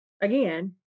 again